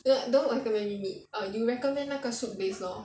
don't don't recommend me meat err you recommend 那个 soup base lor